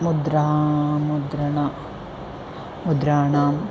मुद्रा मुद्रणं मुद्राणाम्